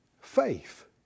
faith